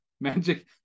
magic